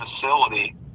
facility